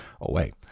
away